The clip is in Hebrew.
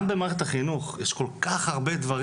גם במערכת החינוך יש כל כך הרבה דברים